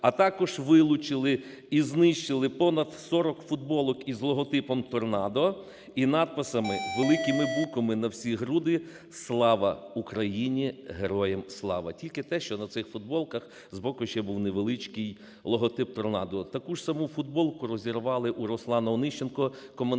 а також вилучили і знищили понад 40 футболок із логотипом "Торнадо" і написами великими буквами на всі груди "Слава Україні! Героям слава!" Тільки те, що на цих футболках збоку ще був невеличкий логотип "Торнадо". Таку ж саму футболку розірвали у РусланаОнищенка, командира